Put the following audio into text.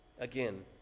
Again